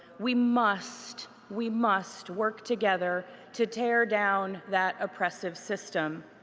we must, we must work together to tear down that oppressive system.